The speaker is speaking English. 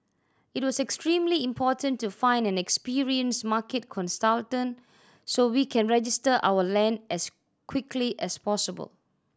it was extremely important to find an experienced market consultant so we can register our land as quickly as possible